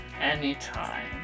Anytime